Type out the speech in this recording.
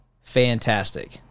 fantastic